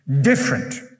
different